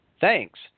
Thanks